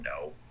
No